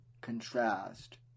contrast